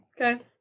Okay